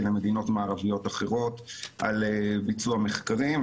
למדינות מערביות אחרות על ביצוע מחקרים,